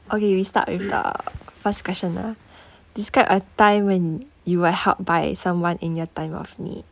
okay we start with the first question ah describe a time when you were helped by someone in your time of need